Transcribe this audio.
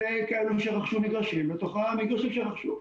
כאלה שרכשו מגרשים בתוך המגרשים שרכשו.